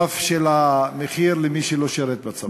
הרף של המחיר למי שלא שירת בצבא,